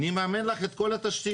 נממן לך את כל התשתיות.